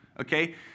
Okay